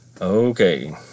Okay